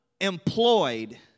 employed